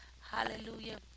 hallelujah